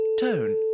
Tone